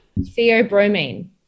theobromine